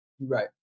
right